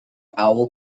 owl